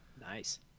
nice